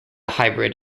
hybrid